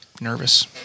nervous